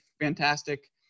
fantastic